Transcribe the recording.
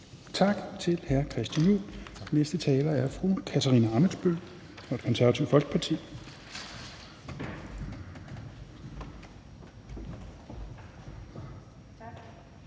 Tak til hr. Christian Juhl. Den næste taler er fru Katarina Ammitzbøll fra Det Konservative Folkeparti.